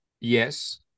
Yes